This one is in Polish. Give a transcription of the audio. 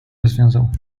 rozwiązał